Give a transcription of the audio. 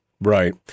right